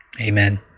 Amen